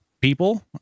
people